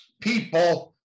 people